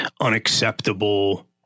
unacceptable